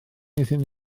iddyn